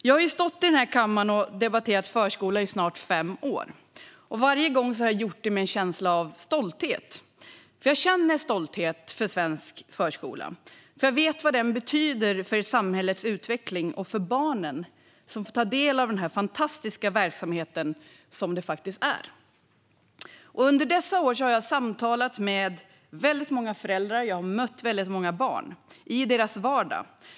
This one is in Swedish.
Jag har stått i denna kammare och debatterat förskolan i snart fem år. Varje gång har jag gjort det med en känsla av stolthet. Jag känner stolthet över svensk förskola, för jag vet vad den betyder för samhällets utveckling och för barnen som får ta del av den fantastiska verksamhet som den faktiskt är. Under dessa år har jag samtalat med väldigt många föräldrar. Jag har mött väldigt många barn i deras vardag.